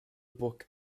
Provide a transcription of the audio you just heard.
book